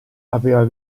aveva